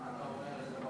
אורלי, יישר כוח.